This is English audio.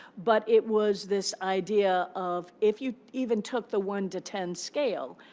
but it was this idea of, if you even took the one to ten scale,